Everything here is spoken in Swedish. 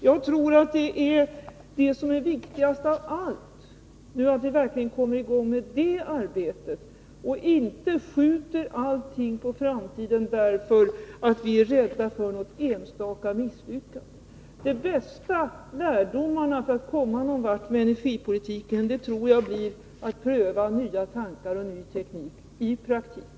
Jag tror att det viktigaste av allt är att vi verkligen kommer i gång med det arbetet och inte skjuter allting på framtiden, därför att vi är rädda för något enstaka misslyckande. De bästa lärdomarna för att komma någon vart med energipolitiken tror jag blir att pröva nya tankar och ny teknik i praktiken.